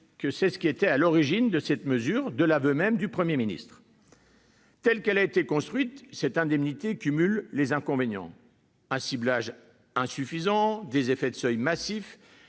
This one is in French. qui est pourtant à l'origine de cette mesure, de l'aveu même du Premier ministre. Telle qu'elle a été construite, cette disposition cumule les inconvénients : un ciblage insuffisant, des effets de seuil massifs